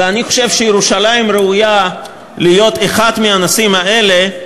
ואני חושב שירושלים ראויה להיות אחד מהנושאים האלה,